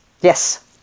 Yes